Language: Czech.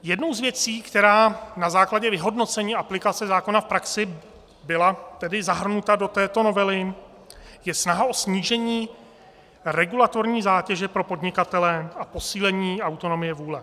Jednou z věcí, která na základě vyhodnocení aplikace zákona v praxi byla zahrnuta do této novely, je snaha o snížení regulatorní zátěže pro podnikatele a posílení autonomie vůle.